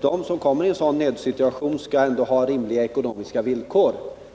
de som kom i en sådan nödsituation skall ha rimliga ekonomiska villkor.